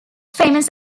famous